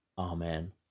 Amen